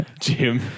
Jim